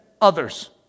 Others